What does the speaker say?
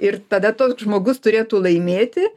ir tada toks žmogus turėtų laimėti